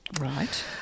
Right